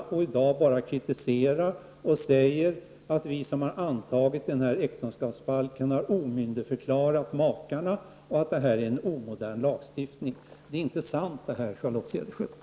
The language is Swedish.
Hon har i dag bara kritiserat och säger att vi som antagit denna äktenskapsbalk har omyndigförklarat makarna och att detta är en omodern lagstiftning. Det är inte sant, Charlotte Cederschiöld.